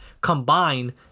combine